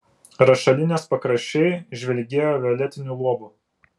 rašalinės pakraščiai žvilgėjo violetiniu luobu